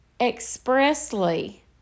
expressly